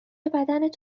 بدنت